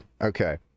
Okay